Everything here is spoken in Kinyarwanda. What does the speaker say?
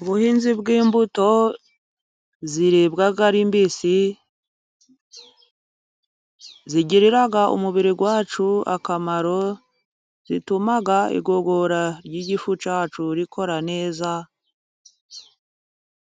Ubuhinzi bw'imbuto ziribwa ari mbisi， zigirira umubiri wacu akamaro， zituma igogora ry'igifu cyacu rikora neza，